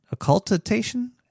occultation